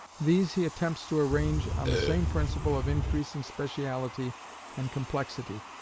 these he attempts to arrange on the same principle of increasing speciality and complexity,